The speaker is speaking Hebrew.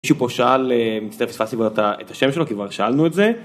מישהו פה שאל, מצטרף ספסיבו את השם שלו, כי כבר שאלנו את זה.